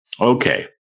okay